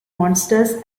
monsters